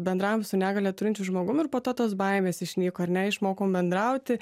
bendravom su negalią turinčiu žmogum ir po to tos baimės išnyko ar ne išmokom bendrauti